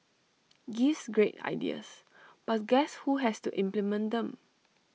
gives great ideas but guess who has to implement them